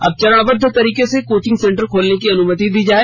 अब चरणबद्ध तरीके से कोचिंग सेंटर खोलने की अनुमति दी जाए